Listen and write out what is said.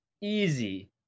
Easy